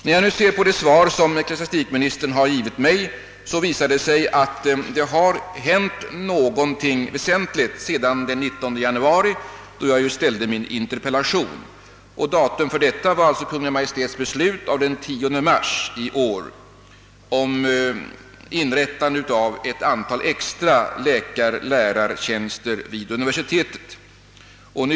När jag nu tar del av ecklesiastikministerns svar finner jag att det har hänt någonting väsentligt sedan den 19 januari, då jag framställde min interpellation. Jag syftar på Kungl. Maj:ts beslut den 10 mars i år om inrättande av ett antal extra läkarlärartjänster vid universitetet i Göteborg.